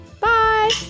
Bye